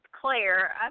Claire